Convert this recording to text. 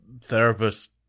therapist